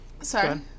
Sorry